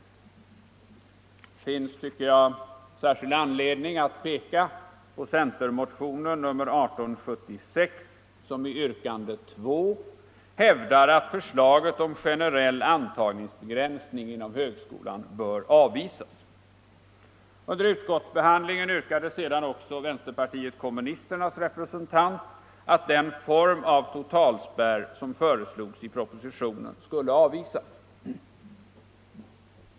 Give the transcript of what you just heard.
Det finns, tycker jag, särskild anledning att peka på centermotionen 1876, som i yrkande nr 2 hävdar att förslaget om generell antagningsbegränsning inom högskolan bör avvisas. Under utskottsbehandlingen yrkade också vänsterpartiet kommunisternas representant att den form av totalspärr som föreslogs i propositionen skulle avvisas.